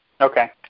okay